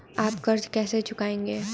आप कर्ज कैसे चुकाएंगे?